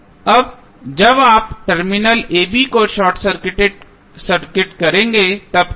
अब जब आप टर्मिनल a b को शॉर्ट सर्किट करेंगे तब क्या होगा